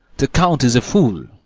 the count's a fool,